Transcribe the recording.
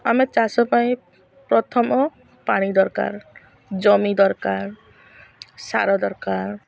ଆମେ ଚାଷ ପାଇଁ ପ୍ରଥମ ପାଣି ଦରକାର ଜମି ଦରକାର ସାର ଦରକାର